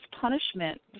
Punishment